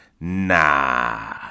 Nah